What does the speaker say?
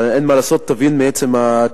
אבל אין מה לעשות, תבין מעצם התשובה: